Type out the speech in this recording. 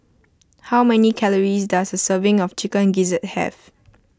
how many calories does a serving of Chicken Gizzard have